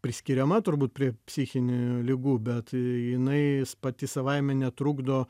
priskiriama turbūt prie psichinių ligų bet jinai pati savaime netrukdo